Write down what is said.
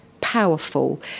powerful